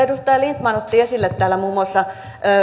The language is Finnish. edustaja lindtman otti esille täällä muun muassa